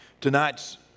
Tonight's